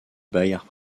bayard